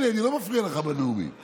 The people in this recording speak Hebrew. של סעיף קטן 42ג